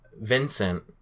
Vincent